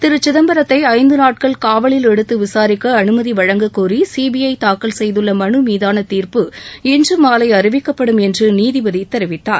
திரு சிதம்பரத்தை ஐந்து நாட்கள் காவலில் எடுத்து விசாரிக்க அனுமதி வழங்கக்கோரி சிபிஐ தாக்கல் செய்துள்ள மனு மீதான தீர்ப்பு இன்று மாலை அறிவிக்கப்படும் என்று நீதிபதி தெரிவித்தார்